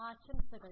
ആശംസകൾ